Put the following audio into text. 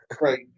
right